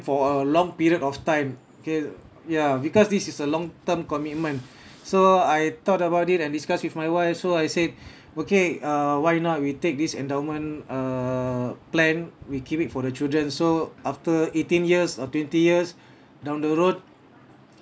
for a long period of time K ya because this is a long term commitment so I thought about it and discuss with my wife so I said okay uh why not we take this endowment err plan we keep it for the children so after eighteen years or twenty years down the road